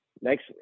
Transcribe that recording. next